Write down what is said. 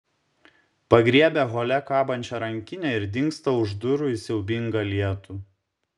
pagriebia hole kabančią rankinę ir dingsta už durų į siaubingą lietų